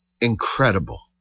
incredible